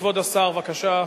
כבוד השר, בבקשה.